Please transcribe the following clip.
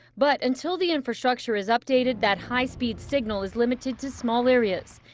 but until the infrastructure is updated. that high-speed signal is limited to small areas.